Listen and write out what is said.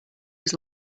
was